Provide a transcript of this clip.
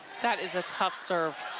that is a tough serve.